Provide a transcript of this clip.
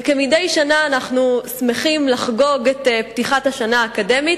וכמדי שנה אנחנו שמחים לחגוג את פתיחת השנה האקדמית